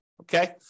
okay